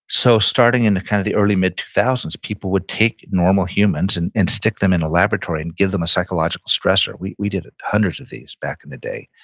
so starting in kind of the early mid two thousand s, people would take normal humans and and stick them in a laboratory and give them a psychological stressor. we we did hundreds of these back in the day.